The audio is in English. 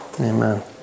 Amen